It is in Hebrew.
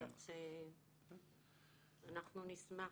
כך שאנחנו נשמח.